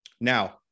Now